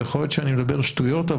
ויכול להיות שאני מדבר שטויות,